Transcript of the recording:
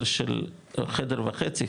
חדר וחצי,